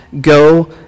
go